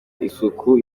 isuku